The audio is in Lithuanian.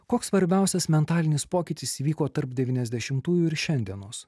koks svarbiausias mentalinis pokytis įvyko tarp devyniasdešimtųjų ir šiandienos